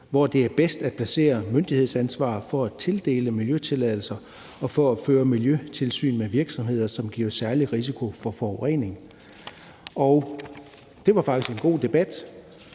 hvor det er bedst at placere myndighedsansvaret for at tildele miljøtilladelser og for at føre miljøtilsyn med virksomheder, som giver særlig risiko for forurening. Det var faktisk en god debat,